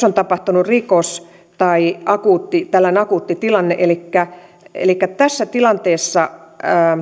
on tapahtunut rikos tai on tällainen akuutti tilanne elikkä elikkä tässä tilanteessa